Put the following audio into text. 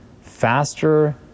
faster